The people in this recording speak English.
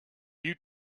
you